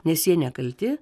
nes jie nekalti